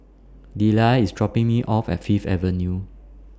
Deliah IS dropping Me off At Fifth Avenue